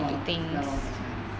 ya lor ya lor